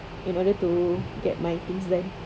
in order to get my things done